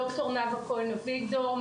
דוקטור נאוה כהן אביגדור,